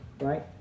Right